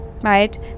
Right